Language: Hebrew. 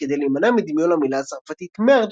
כדי להימנע מדמיון למילה הצרפתית merde,